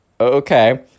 okay